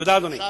תודה, אדוני.